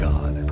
God